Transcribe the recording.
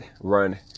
run